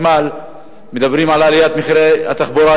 וכשאנחנו מדברים על עליית מחירי החשמל,